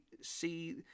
see